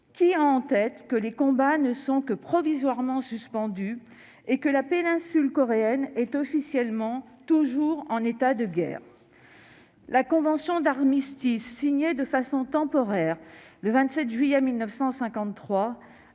qui a en tête que les combats ne sont que provisoirement suspendus et que la péninsule coréenne est officiellement toujours en état de guerre ? La convention d'armistice signée de façon temporaire le 27 juillet 1953